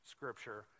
Scripture